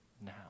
now